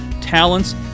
talents